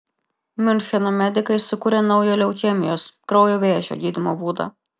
miuncheno medikai sukūrė naują leukemijos kraujo vėžio gydymo būdą